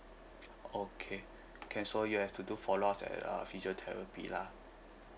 okay okay so you have to do follow up the uh physiotherapy lah